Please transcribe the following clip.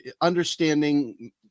understanding